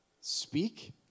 speak